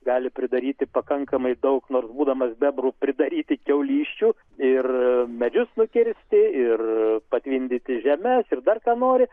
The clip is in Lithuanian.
gali pridaryti pakankamai daug nors būdamas bebru pridaryti kiaulysčių ir medžius nukirsti ir patvindyti žemės ir dar ką nori